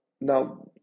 now